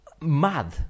mad